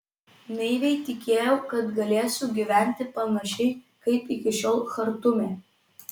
naiviai tikėjau kad galėsiu gyventi panašiai kaip iki šiol chartume